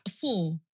Four